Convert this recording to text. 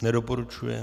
Nedoporučuje.